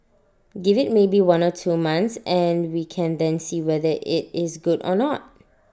give IT maybe one or two months and we can then see whether IT is good or not